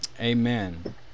Amen